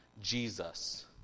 Jesus